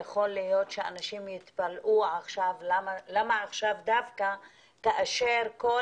יכול להיות שאנשים יתפלאו למה דווקא עכשיו כאשר כל